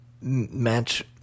match